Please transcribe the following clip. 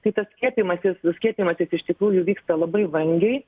tai tas skiepijimasis skiepijimasis iš tikrųjų vyksta labai vangiai